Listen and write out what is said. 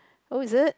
oh is it